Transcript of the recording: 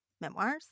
memoirs